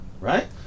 right